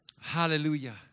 Hallelujah